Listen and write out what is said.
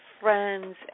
friends